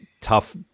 tough